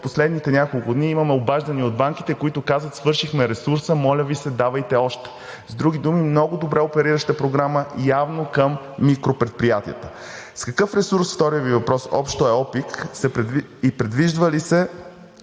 последните няколко дни имаме обаждане от банките, които казват: свършихме ресурса, моля Ви се, давайте още. С други думи много добре оперираща програма и явно към микропредприятията. С какъв ресурс – вторият Ви въпрос – общо е ОПИК и предвиждат ли се